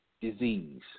Disease